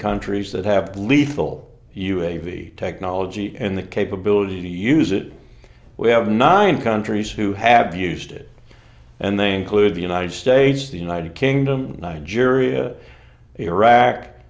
countries that have lethal u a b technology and the capability to use it we have nine countries who have used it and they include the united states the united kingdom nigeria iraq